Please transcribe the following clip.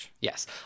Yes